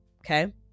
Okay